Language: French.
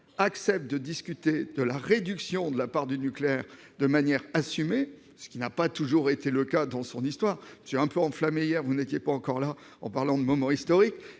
accepte de discuter de la réduction de la part du nucléaire de manière assumée, ce qui n'a pas toujours été le cas- je me suis un peu enflammé hier, vous n'étiez pas encore là, en parlant de moment « historique